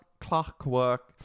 clockwork